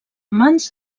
mans